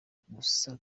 gusa